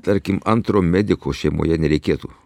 tarkim antro mediko šeimoje nereikėtų